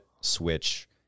switch